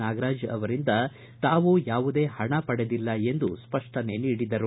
ನಾಗರಾಜ್ ಅವರಿಂದ ತಾವು ಯಾವುದೇ ಪಣ ಪಡೆದಿಲ್ಲ ಎಂದು ಸ್ಪಷ್ಟನೆ ನೀಡಿದರು